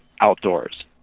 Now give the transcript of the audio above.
outdoors